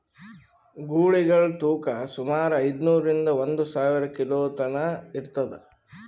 ಗೂಳಿಗಳ್ ತೂಕಾ ಸುಮಾರ್ ಐದ್ನೂರಿಂದಾ ಒಂದ್ ಸಾವಿರ ಕಿಲೋ ತನಾ ಇರ್ತದ್